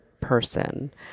person